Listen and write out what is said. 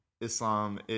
Islam